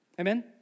amen